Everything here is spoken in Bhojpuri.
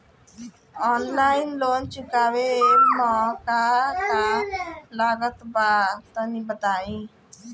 आनलाइन लोन चुकावे म का का लागत बा तनि बताई?